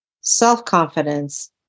self-confidence